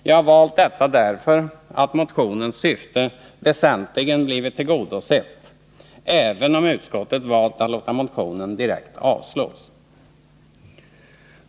Jag har bestämt mig för detta därför att motionens syfte väsentligen blivit tillgodosett, även om utskottet valt att låta motionen direkt avstyrkas.